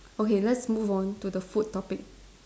okay let's move on to the food topic